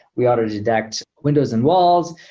we auto-detect windows and walls.